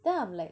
then I'm like